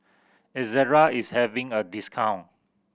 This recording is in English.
Ezerra is having a discount